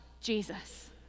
Jesus